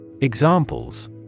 Examples